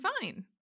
Fine